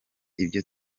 ibyo